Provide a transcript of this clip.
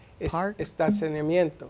estacionamiento